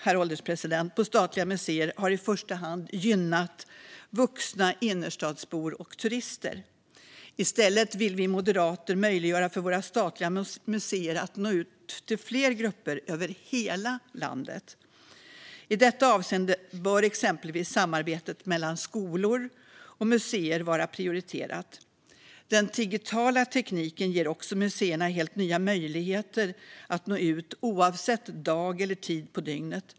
Reformen om fri entré på statliga museer har i första hand gynnat vuxna innerstadsbor och turister. I stället vill vi moderater möjliggöra för våra statliga museer att nå ut till fler grupper över hela landet. I detta avseende bör exempelvis samarbetet mellan skolor och museer vara prioriterat. Den digitala tekniken ger också museerna helt nya möjligheter att nå ut, oavsett dag eller tid på dygnet.